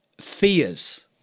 fears